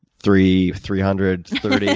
three three hundred,